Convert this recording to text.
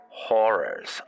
Horrors